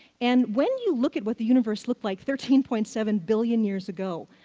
and when you look at what the universe looked like thirteen point seven billion years ago,